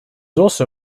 also